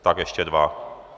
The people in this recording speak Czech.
Tak ještě 2.